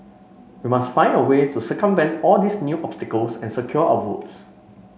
we must find a way to circumvent all these new obstacles and secure our votes